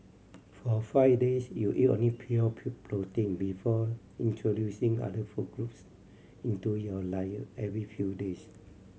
for five days you eat only pure protein before introducing other food groups into your diet every few days